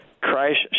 Christ